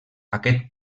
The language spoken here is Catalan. aquest